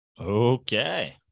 Okay